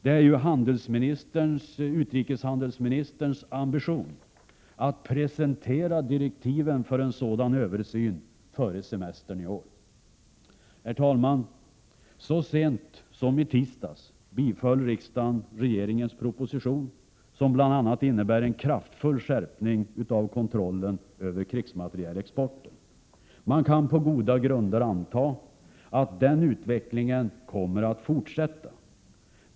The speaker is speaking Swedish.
Det är utrikeshandelsministerns ambition att presentera direktiven för en sådan översyn före semestern i år. Herr talman! Så sent som i tisdags biföll riksdagen en proposition som bl.a. innebär en kraftfull skärpning av kontrollen över krigsmaterielexporten. Man kan på goda grunder anta att den utvecklingen kommer att fortsätta.